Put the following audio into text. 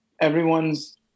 Everyone's